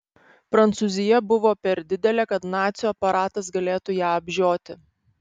prancūzija buvo per didelė kad nacių aparatas galėtų ją apžioti